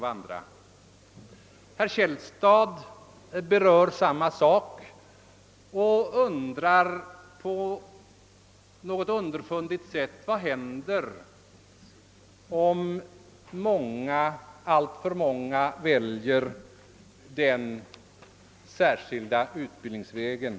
Herr Källstad berörde samma sak och undrade på ett underfundigt sätt vad som händer om alltför många väljer den särskilda utbildningsvägen.